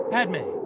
Padme